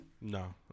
No